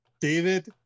david